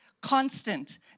constant